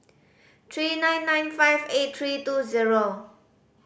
three nine nine five eight three two zero